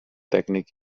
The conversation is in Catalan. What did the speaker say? tècnic